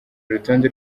urutonde